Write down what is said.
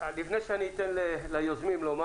לפני שאני אתן ליוזמים לדבר